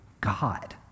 God